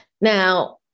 Now